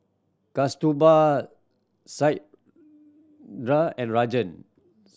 Kasturba Satyendra and Rajan